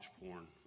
porn